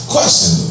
Question